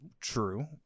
true